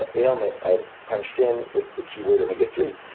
ah ailment i punched in with the key word omega three,